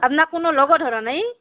আপনাক কোনো লগো ধৰা নাই